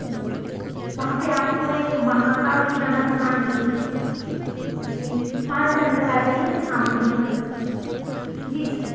जी वहाँ पर आपको एक महाकाल किराना दुकान दिखेगी जी वहाँ से अंदर आ जाइए मैं सामने ही खड़ी हूँ जी सर